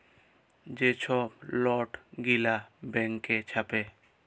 যে ছব লট গিলা ব্যাংক ছাপে